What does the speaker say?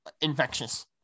infectious